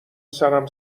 سرم